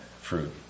fruit